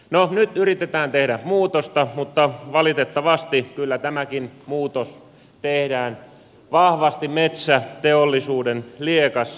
no nyt yritetään tehdä muutosta mutta valitettavasti kyllä tämäkin muutos tehdään vahvasti metsäteollisuuden lieassa